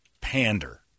pander